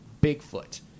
Bigfoot